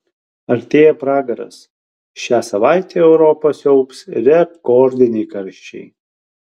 artėja pragaras šią savaitę europą siaubs rekordiniai karščiai